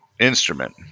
Instrument